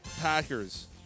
Packers